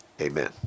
amen